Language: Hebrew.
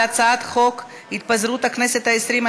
על הצעת חוק התפזרות הכנסת העשרים,